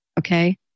Okay